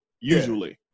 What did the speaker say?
usually